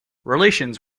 relations